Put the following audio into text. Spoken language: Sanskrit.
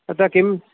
तत्र किम्